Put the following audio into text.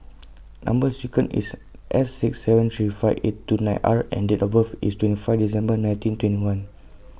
Number sequence IS S six seven three five eight two nine R and Date of birth IS twenty five December nineteen twenty one